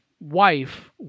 wife